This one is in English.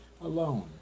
alone